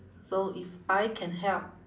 so if I can help